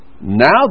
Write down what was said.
Now